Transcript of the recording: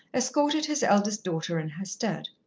escorted his eldest daughter in her stead.